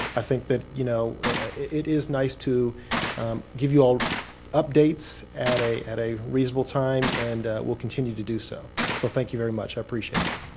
i think that you know it is nice to give you all updates at a at a reasonable time. and we'll continue to do so. so thank you very much. i appreciate that.